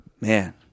Man